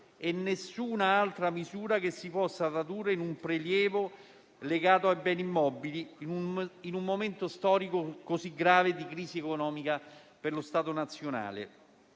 e nessuna altra misura che si possa tradurre in un prelievo legato ai beni immobili, in un momento storico così grave di crisi economica per lo Stato nazionale.